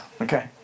okay